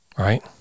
Right